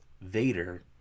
Vader